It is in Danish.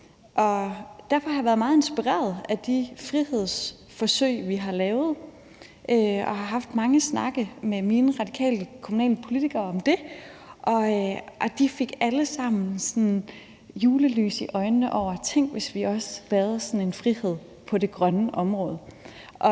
Derfor har jeg været meget inspireret af de frihedsforsøg, vi har lavet, og har haft mange snakke med mine radikale kommunalpolitikere om det. De fik alle sammen julelys i øjnene: Tænk, hvis vi også lavede sådan en frihed på det grønne område.